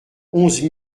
onze